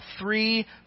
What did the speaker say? three